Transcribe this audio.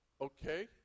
Okay